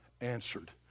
answered